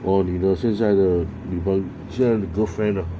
哦你的现在的女朋现在的 girlfriend ah